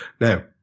now